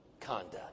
conduct